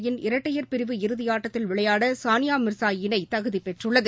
ஹோபர்டில் இரட்டையர் பிரிவு இறுதிபாட்டத்தில் விளையாடசானியாமிர்ஸா இணைதகுதிபெற்றுள்ளது